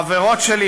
חברות שלי,